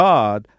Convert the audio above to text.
God